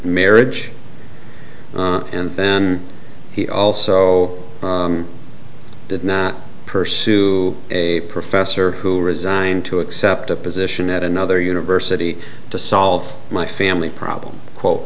marriage and then he also did not pursue a professor who resigned to accept a position at another university to solve my family problem quote